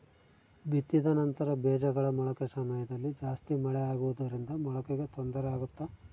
ಬಿತ್ತಿದ ನಂತರ ಬೇಜಗಳ ಮೊಳಕೆ ಸಮಯದಲ್ಲಿ ಜಾಸ್ತಿ ಮಳೆ ಆಗುವುದರಿಂದ ಮೊಳಕೆಗೆ ತೊಂದರೆ ಆಗುತ್ತಾ?